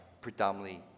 predominantly